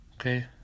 Okay